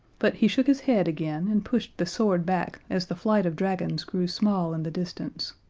but he shook his head again and pushed the sword back as the flight of dragons grew small in the distance.